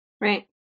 right